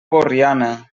borriana